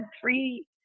three